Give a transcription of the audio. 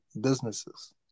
businesses